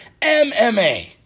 MMA